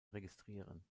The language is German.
registrieren